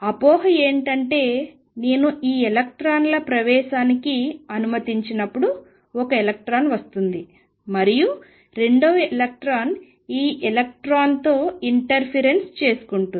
అపోహ ఏమిటంటే నేను ఈ ఎలక్ట్రాన్ల ప్రవేశానికి అనుమతించినప్పుడు ఒక ఎలక్ట్రాన్ వస్తుంది మరియు రెండవ ఎలక్ట్రాన్ ఈ ఎలక్ట్రాన్తో ఇంటర్ఫిరెన్స్ చేసుకుంటుంది